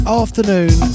afternoon